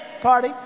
Party